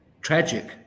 tragic